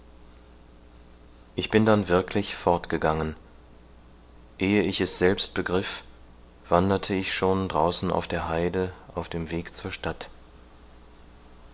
ich bin dann wirklich fortgegangen ehe ich es selbst begriff wanderte ich schon draußen auf der heide auf dem weg zur stadt